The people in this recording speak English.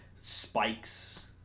spikes